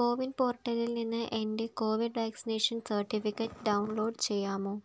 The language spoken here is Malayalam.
കോവിൻ പോർട്ടലിൽ നിന്ന് എൻ്റെ കോവിഡ് വാക്സിനേഷൻ സർട്ടിഫിക്കറ്റ് ഡൗൺലോഡ് ചെയ്യാമോ